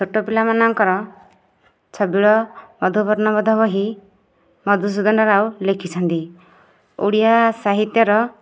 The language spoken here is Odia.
ଛୋଟ ପିଲା ମାନଙ୍କର ଛବିଳ ବର୍ଣ୍ଣବୋଧ ବହି ମଧୁସୂଦନ ରାଓ ଲେଖିଛନ୍ତି ଓଡ଼ିଆ ସାହିତ୍ୟର